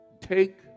take